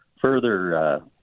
further